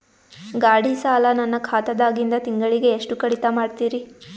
ಗಾಢಿ ಸಾಲ ನನ್ನ ಖಾತಾದಾಗಿಂದ ತಿಂಗಳಿಗೆ ಎಷ್ಟು ಕಡಿತ ಮಾಡ್ತಿರಿ?